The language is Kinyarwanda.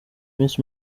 miss